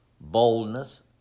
boldness